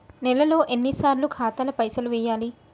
నెలలో ఎన్నిసార్లు ఖాతాల పైసలు వెయ్యాలి?